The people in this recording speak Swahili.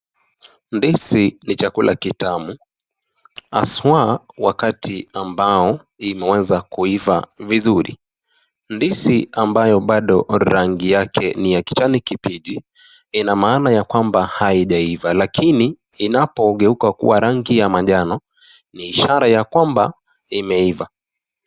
Ndisi ni chakula kitamu haswa wakati ambao imeweza kuiva vizuri. Ndisi ambayo bado rangi yake ni ya kijani kibichi ina maana ya kwamba haijaiva lakini, inapogeuka kuwa rangi ya manjano, ni ishara ya kwamba imeiva.